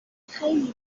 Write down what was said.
خیلی